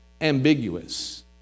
ambiguous